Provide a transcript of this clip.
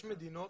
יש מדינות,